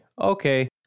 okay